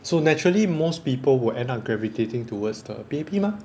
so naturally most people will end up gravitating towards the P_A_P mah